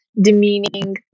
demeaning